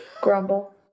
Grumble